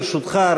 ברשותך,